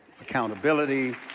accountability